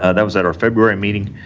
ah that was at our february meeting,